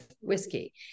whiskey